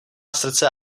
srdce